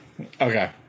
Okay